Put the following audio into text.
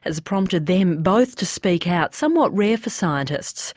has prompted them both to speak out somewhat rare for scientists.